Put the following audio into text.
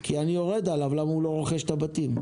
כי אני יורד עליו למה הוא לא רוכש את הבתים.